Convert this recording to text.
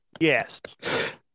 Yes